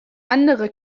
andere